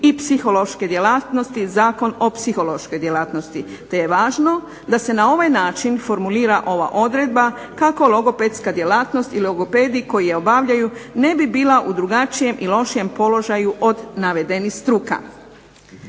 i psihološke djelatnosti Zakon o psihološkoj djelatnosti, te je važno da se na ovaj način formulira ova odredba kako logopedska djelatnost i logopedi koji je obavljaju ne bi bila u drugačijem i lošijem položaju od navedenih struka.